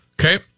Okay